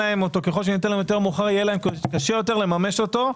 ככל שניתן להם יותר מאוחר יהיה להם קשה יותר לממש אותו.